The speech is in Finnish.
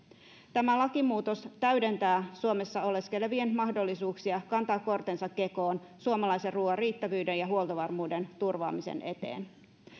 tämä lakimuutos täydentää suomessa oleskelevien mahdollisuuksia kantaa kortensa kekoon suomalaisen ruoan riittävyyden ja huoltovarmuuden turvaamisen eteen